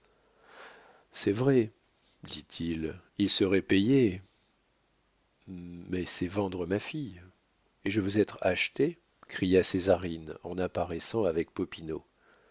c'est vrai dit-il ils seraient payés mais c'est vendre ma fille et je veux être achetée cria césarine en apparaissant avec